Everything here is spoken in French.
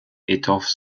étoffe